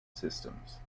systems